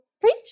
preach